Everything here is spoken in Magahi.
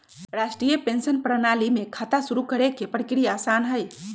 राष्ट्रीय पेंशन प्रणाली में खाता शुरू करे के प्रक्रिया आसान हई